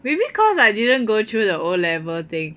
maybe cause I didn't go through the O level thing